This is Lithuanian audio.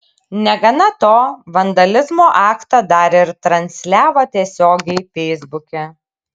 negana to vandalizmo aktą dar ir transliavo tiesiogiai feisbuke